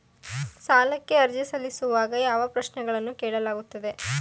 ಸಾಲಕ್ಕೆ ಅರ್ಜಿ ಸಲ್ಲಿಸುವಾಗ ಯಾವ ಪ್ರಶ್ನೆಗಳನ್ನು ಕೇಳಲಾಗುತ್ತದೆ?